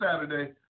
Saturday